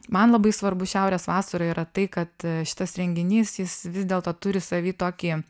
man labai svarbu šiaurės vasaroj yra tai kad šitas renginys jis vis dėlto turi savy tokį